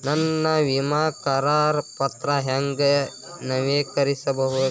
ನನ್ನ ವಿಮಾ ಕರಾರ ಪತ್ರಾ ಹೆಂಗ್ ನವೇಕರಿಸಬೇಕು?